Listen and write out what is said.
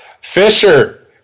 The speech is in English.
fisher